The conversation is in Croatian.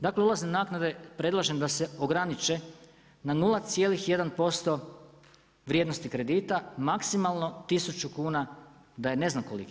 Dakle, ulazne naknade, predlažem da se ograniče na 0,1% prednosti kredita, maksimalno 1000 kuna da je ne znam koliko.